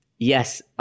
Yes